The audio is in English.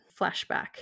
flashback